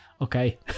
Okay